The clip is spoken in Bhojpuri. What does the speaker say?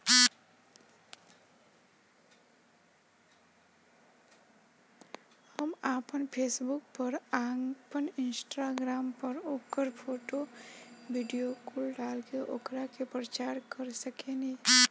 हम आपना फेसबुक पर, आपन इंस्टाग्राम पर ओकर फोटो, वीडीओ कुल डाल के ओकरा के प्रचार कर सकेनी